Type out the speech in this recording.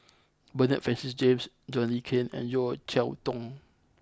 Bernard Francis James John Le Cain and Yeo Cheow Tong